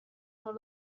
non